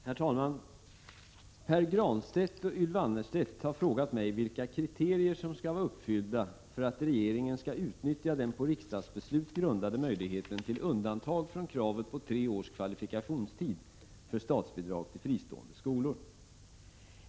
Herr talman! Pär Granstedt och Ylva Annerstedt har frågat mig vilka kriterier som skall vara uppfyllda för att regeringen skall utnyttja den på riksdagsbeslut grundade möjligheten till undantag från kravet på tre års kvalifikationstid för statsbidrag till fristående skolor.